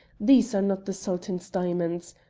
these are not the sultan's diamonds.